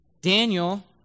Daniel